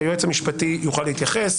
היועץ המשפטי יוכל להתייחס,